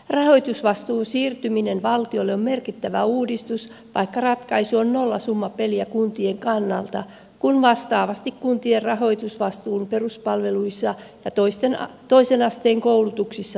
rahoitusvastuun siirtyminen valtiolle on merkittävä uudistus vaikka ratkaisu on nollasummapeliä kuntien kannalta kun vastaavasti kuntien rahoitusvastuut peruspalveluissa ja toisen asteen koulutuksissa lisääntyvät